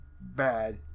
bad